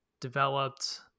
developed